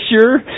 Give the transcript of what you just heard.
sure